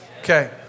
Okay